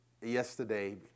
yesterday